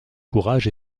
courage